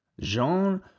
Jean